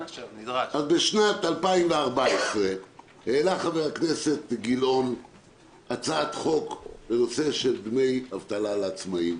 בשנת 2014 העלה חבר הכנסת גילאון הצעת חוק בנושא דמי אבטלה לעצמאים.